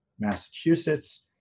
Massachusetts